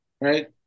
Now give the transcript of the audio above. Right